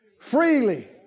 Freely